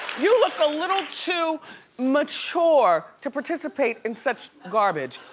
you look a little too mature to participate in such garbage,